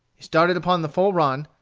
he started upon the full run,